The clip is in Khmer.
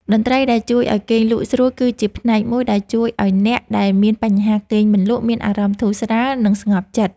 តន្ត្រីដែលជួយឱ្យគេងលក់ស្រួលគឺជាផ្នែកមួយដែលជួយឱ្យអ្នកដែលមានបញ្ហាគេងមិនលក់មានអារម្មណ៍ធូរស្រាល និង ស្ងប់ចិត្ត។